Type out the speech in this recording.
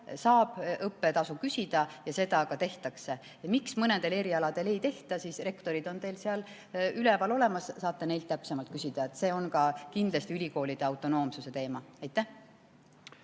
saab õppetasu küsida ja seda ka tehakse. Miks mõnedel erialadel ei tehta? Rektorid on seal üleval olemas, saate neilt täpsemalt küsida. See on ka kindlasti ülikoolide autonoomsuse teema. Aitäh